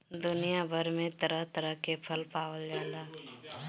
दुनिया भर में तरह तरह के फल पावल जाला